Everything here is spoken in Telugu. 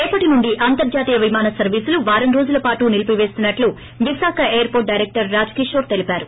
రేపటి నుంచి అంతర్జాతీయ విమానసర్వీసులు వారం రోజుల పాటు నిలిపివేస్తున్నట్లు Visakha airport director Raj Kishore తెలిపారు